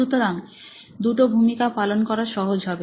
সুতরাং দুটো ভূমিকা পালন করা সহজ হবে